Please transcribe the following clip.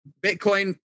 Bitcoin